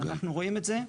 אנחנו רואים את זה.